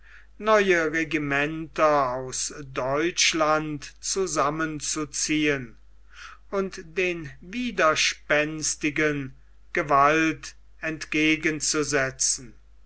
neue regimenter aus deutschland zusammenzuziehen und den widerspänstigen gewalt entgegensetzen